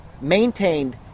maintained